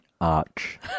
Arch